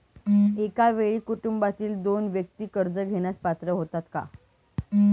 एका वेळी कुटुंबातील दोन व्यक्ती कर्ज घेण्यास पात्र होतात का?